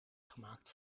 gemaakt